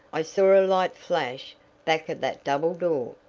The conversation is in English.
i saw a light flash back of that double door!